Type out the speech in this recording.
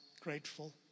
grateful